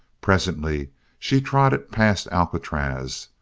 presently she trotted past alcatraz,